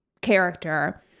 character